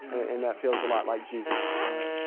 and that feels a lot like jesus amen.